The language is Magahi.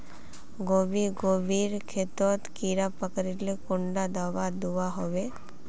गोभी गोभिर खेतोत कीड़ा पकरिले कुंडा दाबा दुआहोबे?